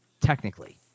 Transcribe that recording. Technically